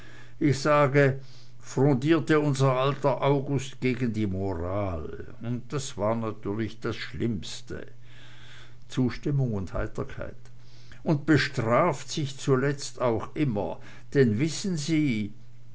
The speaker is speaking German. ich sage frondierte unser alter august gegen die moral und das war natürlich das schlimmste zustimmung und heiterkeit und bestraft sich zuletzt auch immer denn wissen sie